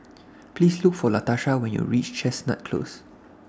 Please Look For Latasha when YOU REACH Chestnut Close